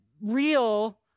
real